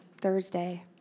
Thursday